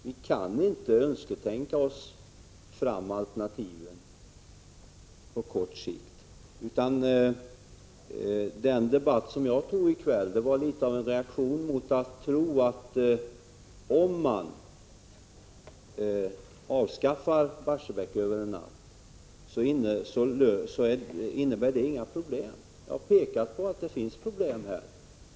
Vi kan inte önsketänka fram alternativ på kort sikt. I debatten i kväll har jag reagerat mot uppfattningen att ett avskaffande av Barsebäck över en natt inte innebär några problem. Jag har pekat på att det finns problem.